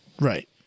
Right